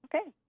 Okay